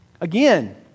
Again